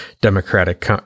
democratic